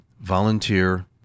Volunteer